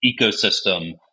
ecosystem